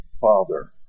father